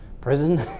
prison